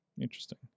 interesting